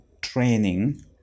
training